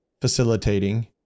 facilitating